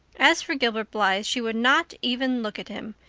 as for gilbert blythe, she would not even look at him.